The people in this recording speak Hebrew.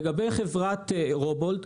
לגבי חברת רובוהולד,